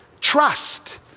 Trust